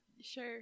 Sure